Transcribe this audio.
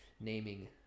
naming